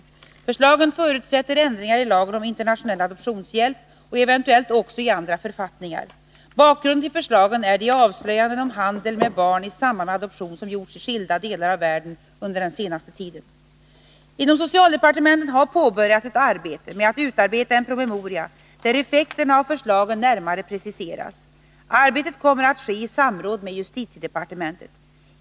Förslagen förutsätter ändringar i lagen om internationell adoptionshjälp och eventuellt också i andra författningar. Bakgrunden till förslagen är de avslöjanden om handel med barn i samband med adoption som gjorts i skilda delar av världen under den senaste tiden. Inom socialdepartementet har påbörjats ett arbete med att utarbeta en promemoria där effekterna av förslagen närmare preciseras. Arbetet kommer att ske i samråd med justitiedepartementet.